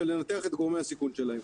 ולנתח את גורמי הסיכון שלהם.